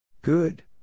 Good